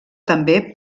també